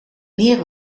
meer